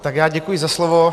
Tak já děkuji za slovo.